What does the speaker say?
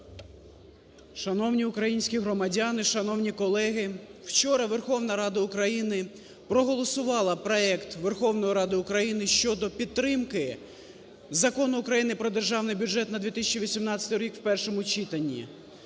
Шановні українські громадяни! Шановні колеги! Вчора Верховна Рада України проголосувала проект Верховної Ради України щодо підтримки Закону України "Про Державний бюджет на 2018 рік" в першому читанні.